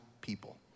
people